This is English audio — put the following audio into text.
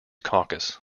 caucus